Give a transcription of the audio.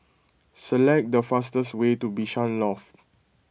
select the fastest way to Bishan Loft